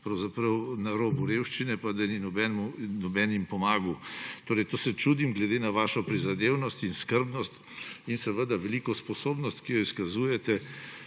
pravzaprav na robu revščine pa da jim ni nihče pomagal. Temu se čudim glede na vašo prizadevnost in skrbnost in seveda veliko sposobnost, ki jo izkazujete,